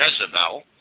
Jezebel